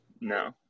No